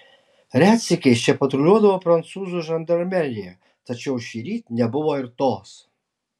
retsykiais čia patruliuodavo prancūzų žandarmerija tačiau šįryt nebuvo ir tos